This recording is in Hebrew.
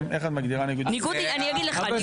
לא, הוא